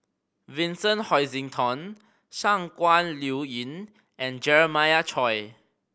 Vincent Hoisington Shangguan Liuyun and Jeremiah Choy